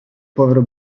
povero